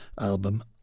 album